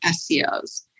SEOs